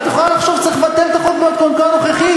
ואת יכולה לחשוב שצריך לבטל את החוק במתכונתו הנוכחית,